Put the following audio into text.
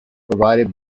provided